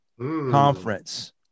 conference